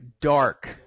dark